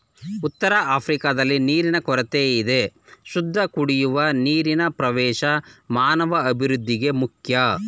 ಉತ್ತರಆಫ್ರಿಕಾದಲ್ಲಿ ನೀರಿನ ಕೊರತೆಯಿದೆ ಶುದ್ಧಕುಡಿಯುವ ನೀರಿನಪ್ರವೇಶ ಮಾನವಅಭಿವೃದ್ಧಿಗೆ ಮುಖ್ಯ